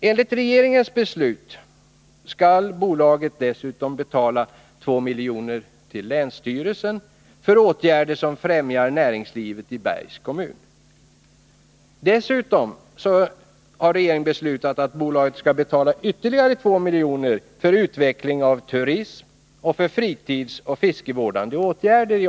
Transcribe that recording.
Enligt regeringens beslut skall bolaget dessutom betala 2 milj.kr. till länsstyrelsen för åtgärder som främjar näringslivet i Bergs kommun. Vidare har regeringen beslutat att bolaget skall betala ytterligare 2 milj.kr. för utveckling av turism och för fritidsåtgärder och fiskevårdande åtgärder.